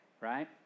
Right